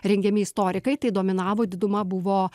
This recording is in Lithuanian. rengiami istorikai tai dominavo diduma buvo